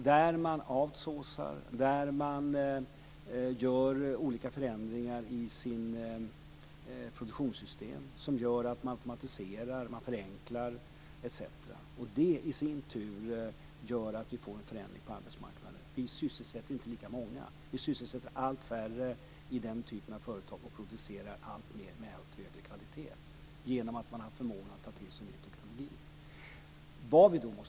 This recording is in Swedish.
De ägnar sig åt outsourcing och gör olika förändringar, t.ex. automatiseringar och förenklingar, i sina produktionssystem. Det i sin tur leder till förändringar på arbetsmarknaden. Vi sysselsätter inte lika många. Vi sysselsätter allt färre i den typen av företag, samtidigt som vi producerar alltmer med allt högre kvalitet med hjälp av ny teknik.